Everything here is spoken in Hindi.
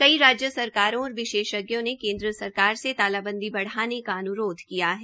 कई राज्य सरकारों और विशेषज्ञों ने केन्द्र सरकार से तालाबंदी बढ़ाने के अनुरोध किया है